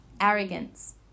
arrogance